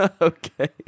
Okay